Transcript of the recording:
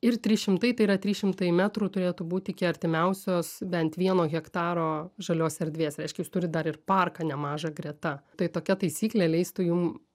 ir trys šimtai tai yra trys šimtai metrų turėtų būt iki artimiausios bent vieno hektaro žalios erdvės reiškia jūs turit dar ir parką nemažą greta tai tokia taisyklė leistų jum